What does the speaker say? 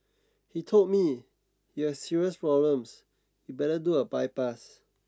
he told me you have serious problems you better do a bypass